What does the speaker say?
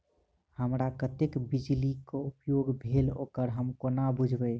हमरा कत्तेक बिजली कऽ उपयोग भेल ओकर हम कोना बुझबै?